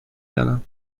دانم